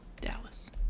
Dallas